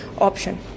option